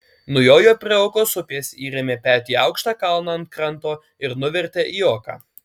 nujojo prie okos upės įrėmė petį į aukštą kalną ant kranto ir nuvertė į oką